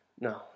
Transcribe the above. No